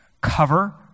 cover